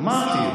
אמרתי,